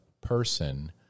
person